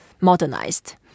modernized